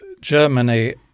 Germany